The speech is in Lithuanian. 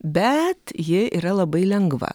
bet ji yra labai lengva